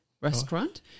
Restaurant